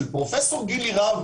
של פרופ' גילי רהב,